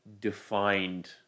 defined